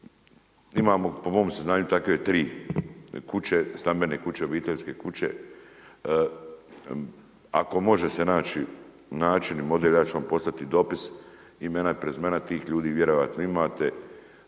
Imamo, po mom saznanju takve 3 kuće, stambene kuće, obiteljske kuće. Ako može se naći, način i model, ja ću vam poslati dopis, imena i prezimena tih ljudi, vjerojatno imate,